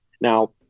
Now